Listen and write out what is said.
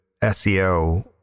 SEO